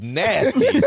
nasty